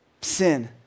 sin